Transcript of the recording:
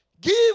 give